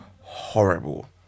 horrible